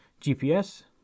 GPS